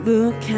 Look